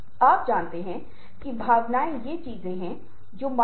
कुछ समय के लिए मान लें की जो चीज़े अधिग्रहित हैं वे अधिग्रहित नहीं हैं